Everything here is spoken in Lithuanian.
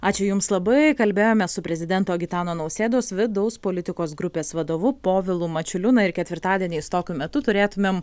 ačiū jums labai kalbėjome su prezidento gitano nausėdos vidaus politikos grupės vadovu povilu mačiuliu na ir ketvirtadieniais tokiu metu turėtumėm